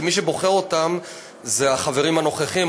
כי מי שבוחר אותם הם החברים הנוכחיים,